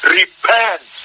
repent